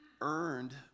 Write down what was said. earned